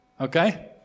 Okay